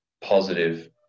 positive